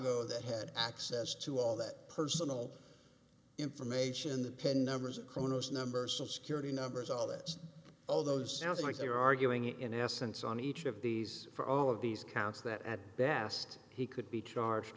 audio that had access to all that personal information the pin numbers of kronos number still security numbers all that all those sounds like they are arguing in essence on each of these for all of these counts that at best he could be charged